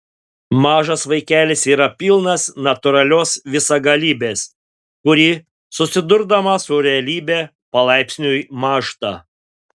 mažas vaikelis yra pilnas natūralios visagalybės kuri susidurdama su realybe palaipsniui mąžta